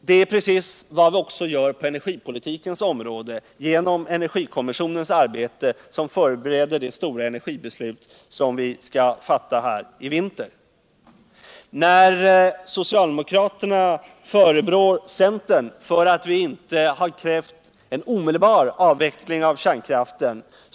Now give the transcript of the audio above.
Det är precis vad vi gör på energipolitikens område genom energikommissionens arbete. som förbereder det energibeslut vi skall fatta här i vinter. När socialdemokraterna förebrår centern för att vi inte krävt en omedelbar avveckling av kärnkraften.